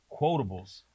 quotables